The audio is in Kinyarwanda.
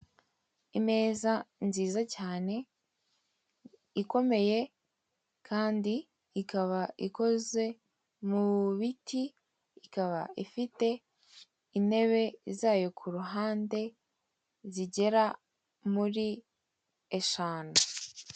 Imeza nziza cyane ikomeye kandi ikaba ikoze mu biti, ikaba ifite intebe zayo ku ruhande zigera muri eshanu.